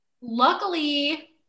luckily